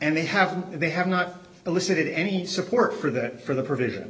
they have they have not elicited any support for that for the pro